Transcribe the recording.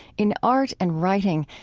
in art and writing,